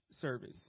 service